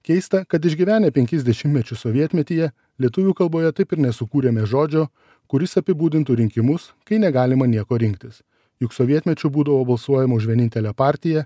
keista kad išgyvenę penkis dešimtmečius sovietmetyje lietuvių kalboje taip ir nesukūrėme žodžio kuris apibūdintų rinkimus kai negalima nieko rinktis juk sovietmečiu būdavo balsuojama už vienintelę partiją